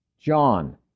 John